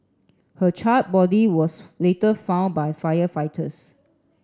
her charred body was later found by firefighters